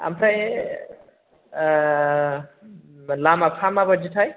ओमफ्राय लामाफ्रा माबादिथाय